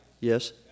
Yes